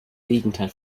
gegenteil